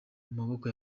maboko